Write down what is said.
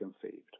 conceived